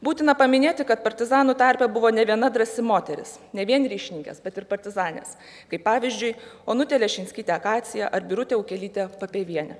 būtina paminėti kad partizanų tarpe buvo ne viena drąsi moteris ne vien ryšininkės bet ir partizanės kaip pavyzdžiui onutė lešinskytė akacija ar birutė ūkelytė papievienė